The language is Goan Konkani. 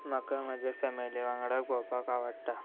म्हाका म्हज्या फॅमिली वांगडाक भोंवपाक आवडटा